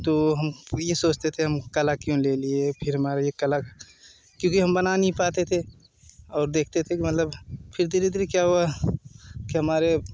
तो हम ये सोचते थे हम कला क्यों ले लिए फिर हमारे एक अलग क्योंकि हम बना नहीं पाते थे और देखते थे मतलब फिर धीरे धीरे क्या हुआ कि हमारे